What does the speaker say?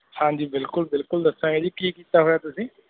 ਹਾਂਜੀ ਬਿਲਕੁਲ ਬਿਲਕੁਲ ਦੱਸਾਂਗੇ ਜੀ ਕੀ ਕੀਤਾ ਹੋਇਆ ਤੁਸੀਂ